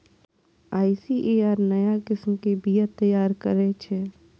ICAR नया किस्म के बीया तैयार करै छै